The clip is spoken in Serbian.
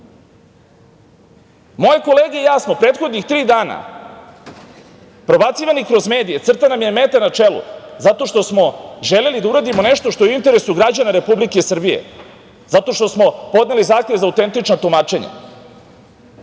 kolege i ja smo prethodnih tri dana, prebacivani kroz medije, crtana nam je meta na čelu, zato što smo želeli da uradimo nešto što je u interesu građana Republike Srbije, zato što smo podneli zahtev za autentična tumačenja.